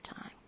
time